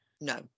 No